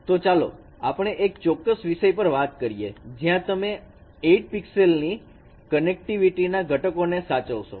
તો ચાલો આપણે એક ચોક્કસ વિષય પર વાત કરીએ જ્યાં તમે 8 પિક્સેલ ની કનેક્ટિવિટી ના ઘટકોને સાચવશો